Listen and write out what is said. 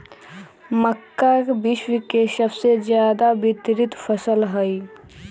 मक्का विश्व के सबसे ज्यादा वितरित फसल हई